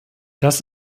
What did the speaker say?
das